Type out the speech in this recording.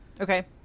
Okay